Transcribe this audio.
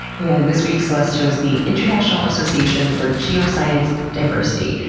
and this week, celeste chose the international association for geoscience diversity.